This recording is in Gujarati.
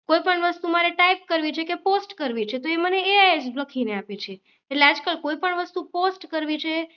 કોઈપણ વસ્તુ મારે ટાઇપ કરવી છે કે પોસ્ટ કરવી છે તો એ મને એઆઈ જ લખીને આપે છે એટલે આજકલ કોઈપણ વસ્તુ પોસ્ટ કરવી છે